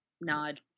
nod